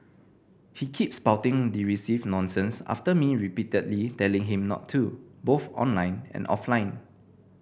he kept spouting derisive nonsense after me repeatedly telling him not to both online and offline